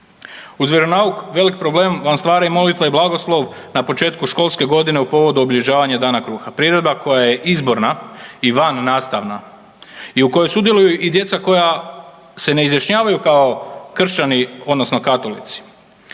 Uz vjeronauk velik problem vam stvara molitva i blagoslov na početku školske godine u povodu obilježavanja Dana kruha, priredba koja je izborna i vannastavna i u kojoj sudjeluju i djeca koja se ne izjašnjavaju kao kršćani odnosno katolici.